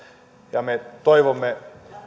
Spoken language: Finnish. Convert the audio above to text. me toivomme